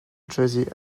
josie